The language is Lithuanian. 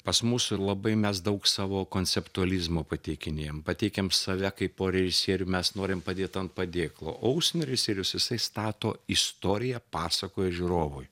pas mus labai mes daug savo konceptualizmo pateikinėjam pateikiam save kaip o režisierių mes norim padėt ant padėklo o užsienio režisierius jisai stato istoriją pasakoja žiūrovui